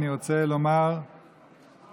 אני רוצה לומר שאנחנו,